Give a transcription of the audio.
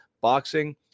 boxing